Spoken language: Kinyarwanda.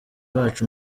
bacu